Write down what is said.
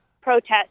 protest